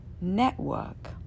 network